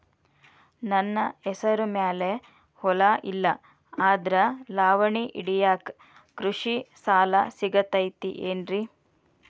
ನನ್ನ ಹೆಸರು ಮ್ಯಾಲೆ ಹೊಲಾ ಇಲ್ಲ ಆದ್ರ ಲಾವಣಿ ಹಿಡಿಯಾಕ್ ಕೃಷಿ ಸಾಲಾ ಸಿಗತೈತಿ ಏನ್ರಿ?